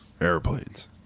Airplanes